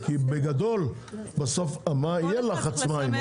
בסוף יהיה לחץ מים,